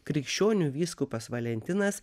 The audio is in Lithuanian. krikščionių vyskupas valentinas